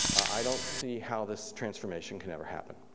i don't see how this transformation could ever happen.